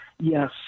Yes